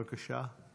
בבקשה.